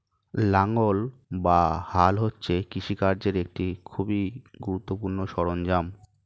লাঙ্গল বা হাল হচ্ছে কৃষিকার্যের একটি খুবই গুরুত্বপূর্ণ সরঞ্জাম